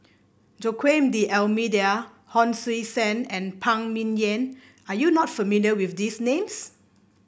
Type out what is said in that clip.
Joaquim D'Almeida Hon Sui Sen and Phan Ming Yen are you not familiar with these names